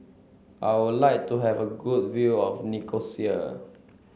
I would like to have a good view of Nicosia